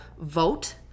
vote